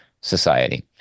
society